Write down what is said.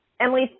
Emily